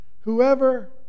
whoever